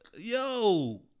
yo